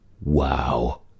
Wow